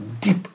deep